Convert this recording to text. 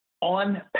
On